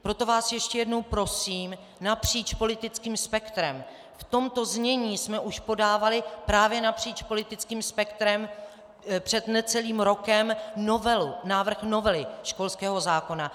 Proto vás ještě jednou prosím napříč politickým spektrem v tomto znění jsme už podávali právě napříč politickým spektrem před necelým rokem návrh novely školského zákona.